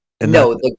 No